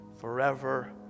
forever